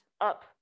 up